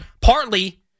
Partly